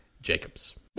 Jacobs